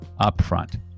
upfront